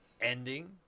ending